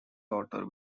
daughter